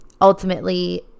ultimately